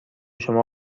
شما